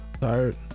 Tired